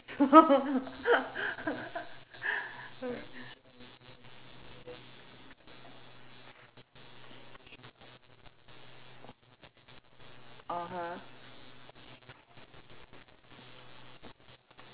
(uh huh)